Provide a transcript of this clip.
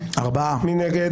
מי נגד?